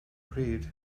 pryd